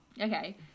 Okay